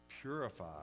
Purify